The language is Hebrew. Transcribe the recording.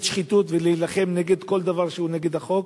שחיתות ולהילחם נגד כל דבר שהוא נגד החוק,